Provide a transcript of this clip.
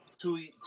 Two